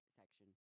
section